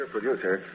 Producer